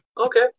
Okay